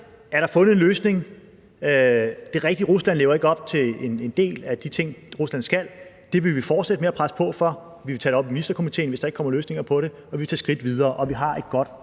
er der fundet en løsning. Det er rigtigt, at Rusland ikke lever op til en del af de ting, som Rusland skal leve op til. Det vil vi fortsætte med at presse på for. Vi vil tage det op i Ministerkomiteen, hvis der ikke kommer løsninger på det, og vi vil tage videre